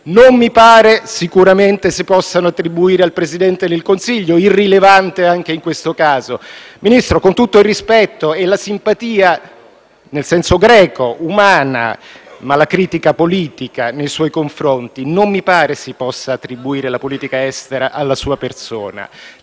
delicato? Sicuramente non si possono attribuire al Presidente del Consiglio, irrilevante anche in questo caso. Ministro, con tutto il rispetto e la simpatia, nel senso greco, umana, ma con critica politica nei suoi confronti, dico che non mi pare si possa attribuire la politica estera alla sua persona.